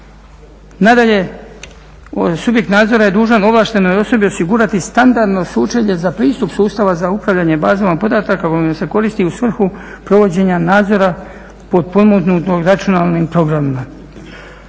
Nadalje, subjekt nadzora je dužan ovlaštenoj osobi osigurati standardno sučelje za pristup sustava za upravljanje bazama podataka … koristi u svrhu provođenja nadzora potpomognutog računalnim programima.